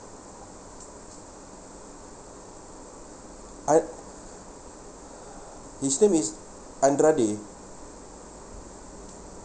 art~ his name is andra day